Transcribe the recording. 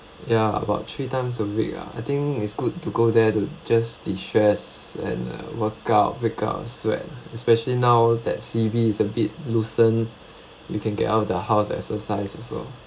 ya about three times a week ah I think it's good to go there to just destress and uh work out break out sweat especially now that C_B is a bit loosen you can get out of the house exercise also